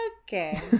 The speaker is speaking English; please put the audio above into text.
Okay